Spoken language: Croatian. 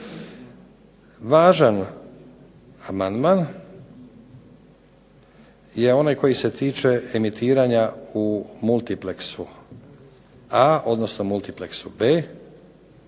Važan amandman je onaj koji se tiče emitiranja u multiplexu A odnosno multiplexu B,